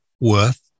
worth